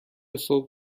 صبح